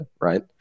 right